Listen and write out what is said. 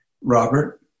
Robert